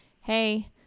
hey